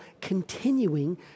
continuing